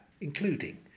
including